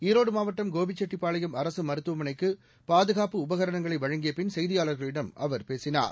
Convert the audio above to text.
ஈரோடு மாவட்டம் கோபிச்செட்டிப்பாளையம் அரசு மருத்துவமனைக்கு பாதுகாப்பு உபகரணங்களை வழங்கிய பின் செய்தியாளர்களிடம் அவர் பேசினார்